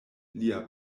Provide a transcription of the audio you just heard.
lia